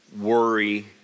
worry